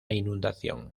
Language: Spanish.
inundación